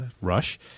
rush